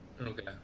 Okay